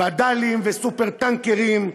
וד"לים וסופר-טנקרים,